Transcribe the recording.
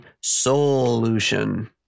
Solution